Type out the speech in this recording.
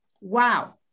Wow